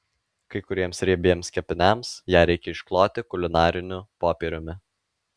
kai kuriems riebiems kepiniams ją reikia iškloti kulinariniu popieriumi